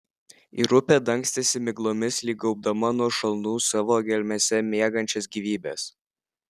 ir upė dangstėsi miglomis lyg gaubdama nuo šalnų savo gelmėse miegančias gyvybes